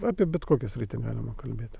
apie bet kokią sritį galima kalbėti